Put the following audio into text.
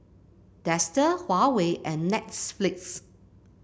Dester Huawei and Netflix